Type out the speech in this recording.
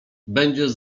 będziesz